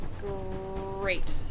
great